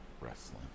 wrestling